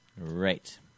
Right